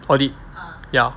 audit ya